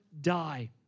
die